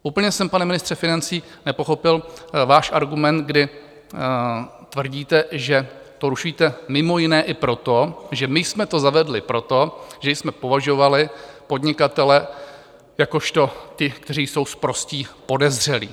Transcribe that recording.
Úplně jsem, pane ministře financí, nepochopil váš argument, kdy tvrdíte, že to rušíte mimo jiné i proto, že my jsme to zavedli proto, že jsme považovali podnikatele za ty, kteří jsou sprostí podezřelí.